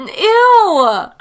Ew